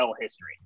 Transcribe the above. history